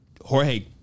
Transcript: Jorge